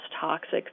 toxic